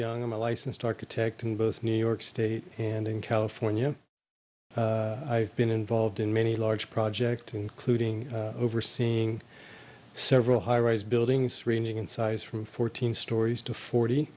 young i'm a licensed architect in both new york state and in california i've been involved in many large project including overseeing several high rise buildings ranging in size from fourteen stories to forty